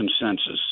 consensus